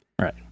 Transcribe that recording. Right